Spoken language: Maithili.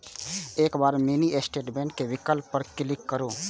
एकर बाद मिनी स्टेटमेंट के विकल्प पर क्लिक करू